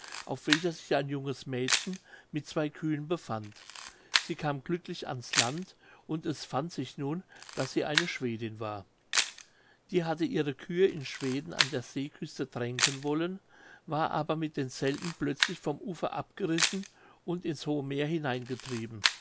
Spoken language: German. auf welcher sich ein junges mädchen mit zwei kühen befand sie kam glücklich ans land und es fand sich nun daß sie eine schwedin war die hatte ihre kühe in schweden an der seeküste tränken wollen war aber mit denselben plötzlich vom ufer abgerissen und ins hohe meer hineingetrieben